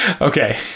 Okay